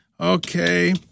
Okay